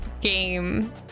game